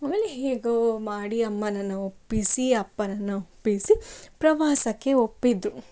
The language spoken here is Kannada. ಆಮೇಲೆ ಹೇಗೋ ಮಾಡಿ ಅಮ್ಮನನ್ನು ಒಪ್ಪಿಸಿ ಅಪ್ಪನನ್ನು ಒಪ್ಪಿಸಿ ಪ್ರವಾಸಕ್ಕೆ ಒಪ್ಪಿದ್ದು